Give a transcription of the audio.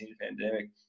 pandemic